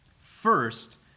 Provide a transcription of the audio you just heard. First